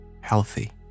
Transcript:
healthy